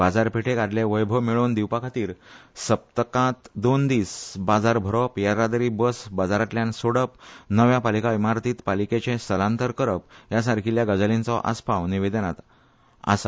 बाजारपेठेंत आदले वैभव मेळोवन दिवपा खातीर सप्तकांत दोन दीस बाजार भरोवप येरादारी बस बाजारांतल्यान सोडप नव्या पालिका इमारतींत पालिकेचे स्थालांतर करप हे सारक्या गजालींचो आसपाव निवेदनांत आसा